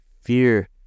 fear